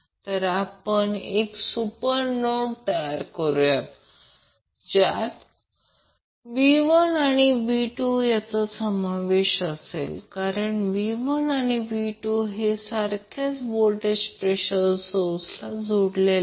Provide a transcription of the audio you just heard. तर आपण एक सुपर नोड तयार करूया ज्यात V1 आणि V2 यांचा समावेश असेल कारण V1 आणि V2 हे सारख्याच व्होल्टेज प्रेषर सोर्सला जोडलेले आहेत